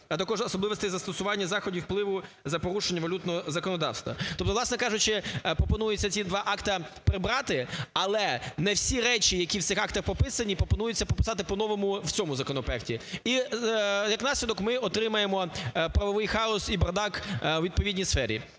а також особливості застосування заходів впливу за порушення валютного законодавства. Тобто, власне кажучи, пропонується ці два акта прибрати, але не всі речі, які в цих актах прописані, пропонується прописати по-новому в цьому законопроекті. І як наслідок ми отримаємо правовий хаос і бардак у відповідній сфері.